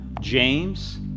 James